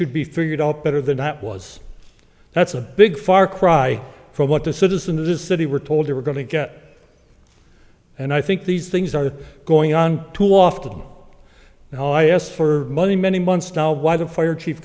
should be figured out better than that was that's a big far cry from what the citizens of this city were told they were going to get and i think these things are going on too often now i asked for money many months now why the fire chief